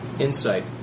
insight